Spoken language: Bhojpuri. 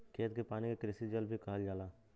खेत के पानी के कृषि जल भी कहल जाला